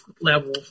level